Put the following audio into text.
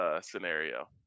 scenario